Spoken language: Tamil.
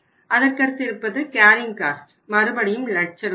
அதற்கடுத்து இருப்பது கேரியிங் காஸ்ட் மறுபடியும் லட்ச ரூபாயில்